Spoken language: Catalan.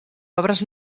obres